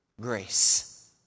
grace